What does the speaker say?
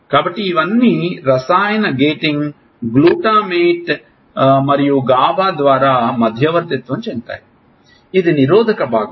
కాబట్టి ఇవన్నీ రసాయన గేటింగ్ గ్లూటామేట్ మరియు గాబా ద్వారా మధ్యవర్తిత్వం చెందుతాయి ఇది నిరోధక భాగం